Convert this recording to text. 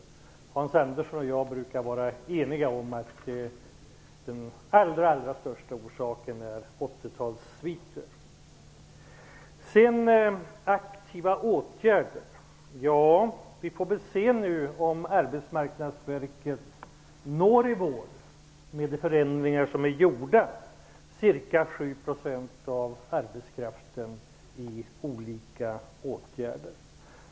Hans Andersson och jag brukar vara eniga om att den allra väsentligaste orsaken är sviterna från 80-talet. Så till frågan om aktiva åtgärder. Ja, vi får väl se om Arbetsmarknadsverket med de förändringar som är gjorda når målet: ca 7 % av arbetskraften i olika åtgärder.